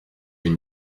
une